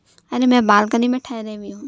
ارے میں بالکنی میں ٹھہرے ہوئی ہوں